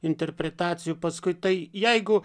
interpretacijų paskui tai jeigu